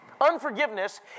Unforgiveness